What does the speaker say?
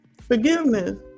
forgiveness